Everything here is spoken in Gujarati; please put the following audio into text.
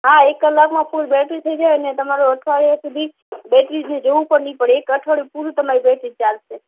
હા એક કલાકમાં ફૂલ બૅટરી થઇ જાય અને તમારે અઠવાડિયા સુધી બૅટરીને જોવું પણ નહીં પડે એક અઠવાડિયું પૂરું તમારી બૅટરી ચાલશે